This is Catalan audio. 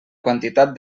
quantitat